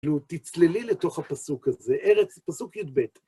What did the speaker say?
תצללי לתוך הפסוק הזה, פסוק י"ב.